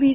V